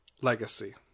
Legacy